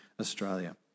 Australia